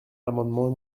l’amendement